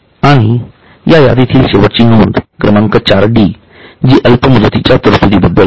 आणि या यादीतील शेवटची नोंद हि क्रमांक 4 डी जी अल्प मुदतीच्या तरतुदी बद्दल आहे